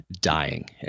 dying